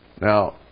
Now